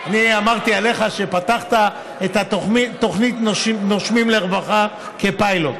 אני אמרתי עליך שפתחת את התוכנית נושמים לרווחה כפיילוט,